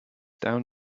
down